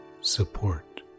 support